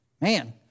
man